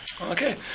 Okay